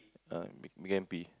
ah big big N P